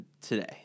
today